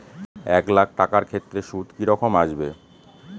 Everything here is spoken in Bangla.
এক লাখ টাকার ক্ষেত্রে সুদ কি রকম আসবে?